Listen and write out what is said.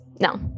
no